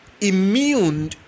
immune